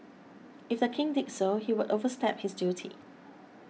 if the King did so he would overstep his duty